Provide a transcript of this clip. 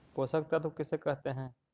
पोषक तत्त्व किसे कहते हैं?